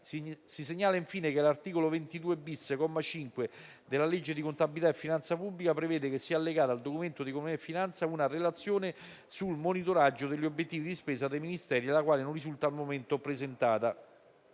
Si segnala infine che l'articolo 22-*bis*, comma 5, della legge di contabilità e finanza pubblica prevede che sia allegata al Documento di economia e finanza una relazione sul monitoraggio degli obiettivi di spesa dei Ministeri, la quale non risulta al momento presentata.